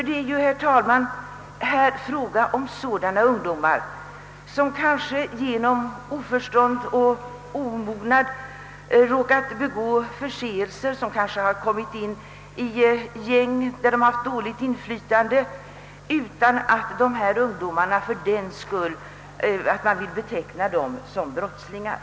Det är ju, herr talman, här ofta fråga om ungdomar som kanske kommit in i gäng med dåligt inflytande och som på grund av oförstånd och omognad råkat begå förseelser, utan att man fördenskull vill beteckna dem såsom brottslingar.